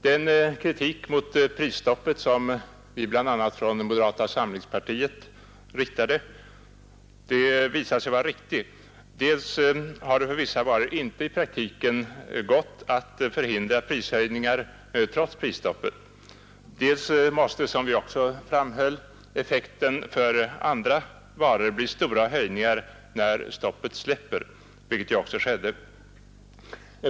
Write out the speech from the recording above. Den kritik mot prisstoppet som vi bl.a. från moderata samlingspartiet framfört visade sig vara riktig. Dels har det för vissa varor inte i praktiken gått att förhindra prishöjningar trots prisstoppet, dels måste — som vi också framhöll — effekten för andra varor bli stora höjningar när stoppet släpper, vilket ju också skedde.